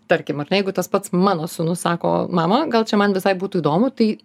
tarkim ar ne jeigu tas pats mano sūnus sako mama gal čia man visai būtų įdomu tai